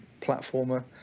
platformer